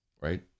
right